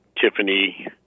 Tiffany